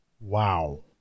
Wow